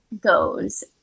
goes